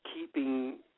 keeping